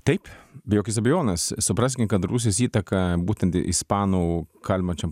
taip be jokios abejonės supraskim kad rusijos įtaka būtent ispanų kalbančiam